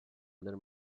other